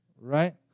Right